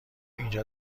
اینجا